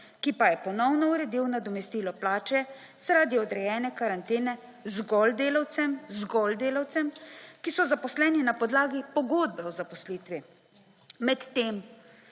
ki pa je ponovno uredil nadomestilo plače zaradi odrejene karantene zgolj delavcem, ki so zaposleni na podlagi pogodbe o zaposlitvi. Med tem